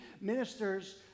ministers